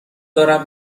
دارم